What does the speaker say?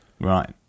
Right